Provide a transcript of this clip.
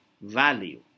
value